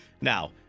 Now